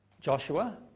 Joshua